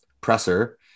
presser